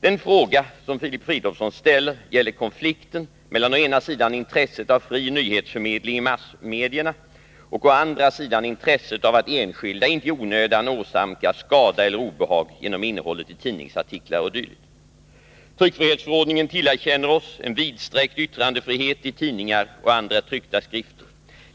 Den fråga som Filip Fridolfsson ställt gäller konflikten mellan å ena sidan intresset av fri nyhetsförmedling i massmedierna och å andra sidan intresset av att enskilda inte i onödan åsamkas skada eller obehag genom innehållet i tidningsartiklar o. d. Tryckfrihetsförordningen tillerkänner oss en vidsträckt yttrandefrihet i tidningar och andra tryckta skrifter.